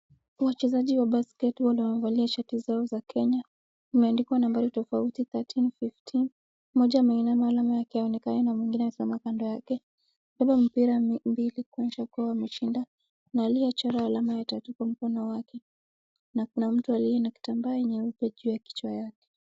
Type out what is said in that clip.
Wachezaji wa basketi ambao wamevalia shati zao za Kenya, imeandikwa nambari tofauti, 13, 15 , mmoja ameinama alama yake haionekani na mwingine amesimama kando yake, amebeba mpira mbili kuonyesha kuwa wameshinda, kuna aliyechorwa alama ya tattoo kwa mkono wake na kuna mtu aliye na kitambaa nyeupe juu ya kichwa yake.